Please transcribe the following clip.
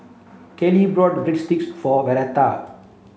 Callie bought Breadsticks for Vernita